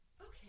Okay